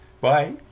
Bye